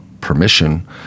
permission